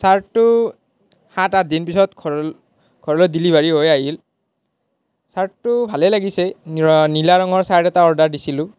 চাৰ্টটো সাত আঠদিন পিছত ঘৰৰ ঘৰলৈ ডেলিভাৰী হৈ আহিল চাৰ্টটো ভালেই লাগিছে নীলা ৰঙৰ চাৰ্ট এটা অৰ্ডাৰ দিছিলোঁ